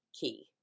key